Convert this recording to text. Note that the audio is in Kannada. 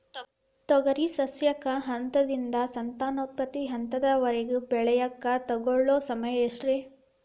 ತೊಗರಿ ಸಸ್ಯಕ ಹಂತದಿಂದ, ಸಂತಾನೋತ್ಪತ್ತಿ ಹಂತದವರೆಗ ಬೆಳೆಯಾಕ ತಗೊಳ್ಳೋ ಸಮಯ ಎಷ್ಟರೇ?